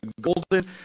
golden